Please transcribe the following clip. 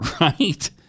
right